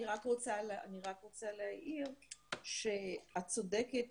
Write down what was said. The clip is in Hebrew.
אני רק רוצה להעיר שאת צודקת.